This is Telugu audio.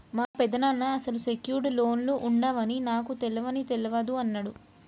మా పెదనాన్న అసలు సెక్యూర్డ్ లోన్లు ఉండవని నాకు తెలవని తెలవదు అన్నడు